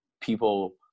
people